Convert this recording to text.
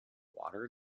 water